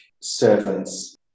servants